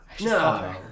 No